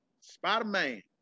Spider-Man